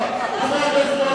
פרוש.